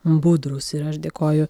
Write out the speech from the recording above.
budrūs ir aš dėkoju